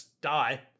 die